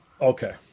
Okay